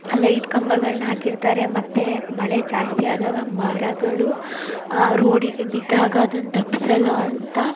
light ಕಂಬಗಳನ್ನು ಹಾಕಿರ್ತಾರೆ ಮತ್ತು ಮಳೆ ಜಾಸ್ತಿ ಆದಾಗ ಮರಗಳು ರೋಡಿಗೆ ಬಿದ್ದಾಗ ಅದನ್ನ ತಪ್ಸಲು ಅಂತ